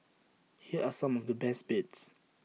here are some of the best bits